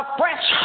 fresh